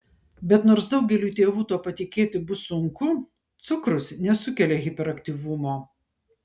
bet nors daugeliui tėvų tuo patikėti bus sunku cukrus nesukelia hiperaktyvumo